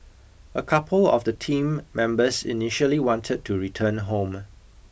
a couple of the team members initially wanted to return home